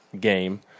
game